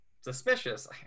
suspicious